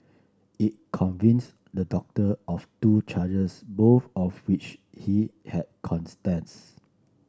it convicts the doctor of two charges both of which he had